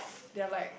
they're like